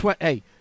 Hey